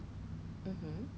yeah so